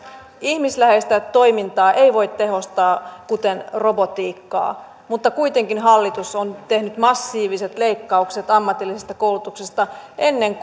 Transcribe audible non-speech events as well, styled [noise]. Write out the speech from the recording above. ihmisläheistä toimintaa ei voi tehostaa kuten robotiikkaa mutta kuitenkin hallitus on tehnyt massiiviset leikkaukset ammatillisesta koulutuksesta ennen [unintelligible]